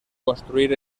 construir